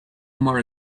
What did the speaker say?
more